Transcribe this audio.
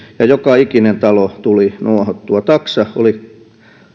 ja joka ikinen talo tuli nuohottua taksa oli